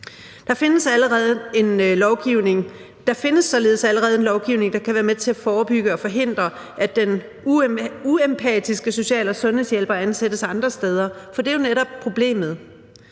således allerede lovgivning, der kan være med til at forebygge og forhindre, at den uempatiske social- og sundhedshjælper ansættes andre steder, for det er jo netop det,